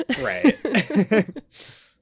Right